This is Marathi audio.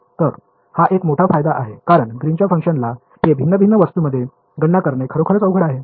तर हा एक मोठा फायदा आहे कारण ग्रीनच्या फंक्शनला हे भिन्न भिन्न वस्तूंमध्ये गणना करणे खरोखर अवघड आहे